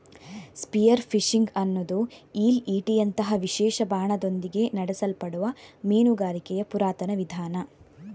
spear fishing ಅನ್ನುದು ಈಲ್ ಈಟಿಯಂತಹ ವಿಶೇಷ ಬಾಣದೊಂದಿಗೆ ನಡೆಸಲ್ಪಡುವ ಮೀನುಗಾರಿಕೆಯ ಪುರಾತನ ವಿಧಾನ